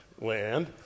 land